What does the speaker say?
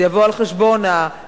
זה יבוא על חשבון התיאטראות,